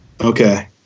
Okay